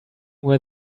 where